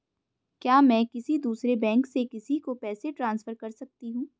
क्या मैं किसी दूसरे बैंक से किसी को पैसे ट्रांसफर कर सकती हूँ?